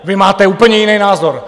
Vy máte úplně jiný názor!